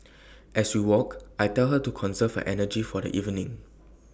as we walk I tell her to conserve energy for the evening